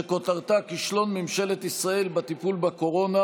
שכותרתה: כישלון ממשלת ישראל בטיפול בקורונה